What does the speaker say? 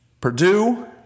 Purdue